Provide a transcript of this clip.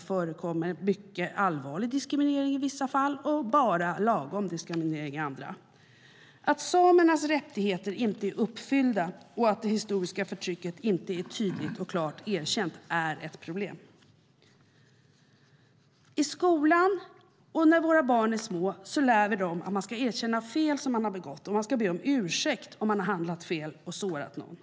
fortfarande mycket allvarlig diskriminering i vissa fall och bara lagom diskriminering i andra. Att samernas rättigheter inte är uppfyllda och att det historiska förtrycket inte är tydligt och klart erkänt är ett problem. I skolan och när våra barn är små lär vi barnen att man ska erkänna fel som man har begått och att man ska be om ursäkt om man har handlat fel och sårat någon.